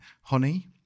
honey